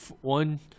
one